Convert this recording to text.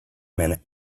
minute